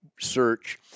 search